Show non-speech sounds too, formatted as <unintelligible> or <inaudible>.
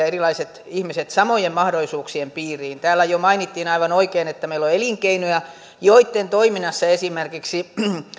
<unintelligible> erilaiset ihmiset samojen mahdollisuuksien piiriin täällä jo mainittiin aivan oikein että meillä on elinkeinoja joitten toiminnassa esimerkiksi